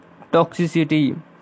toxicity